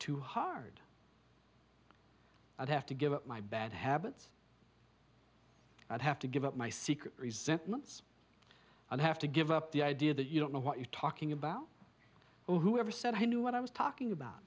too hard i'd have to give up my bad habits and have to give up my secret resentments and have to give up the idea that you don't know what you're talking about over who ever said i knew what i was talking about